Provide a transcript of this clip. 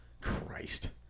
Christ